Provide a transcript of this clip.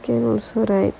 can also right